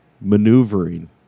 maneuvering